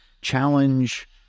challenge